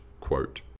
quote